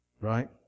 Right